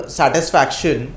satisfaction